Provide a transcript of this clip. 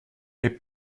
est